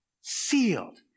Sealed